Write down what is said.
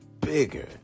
bigger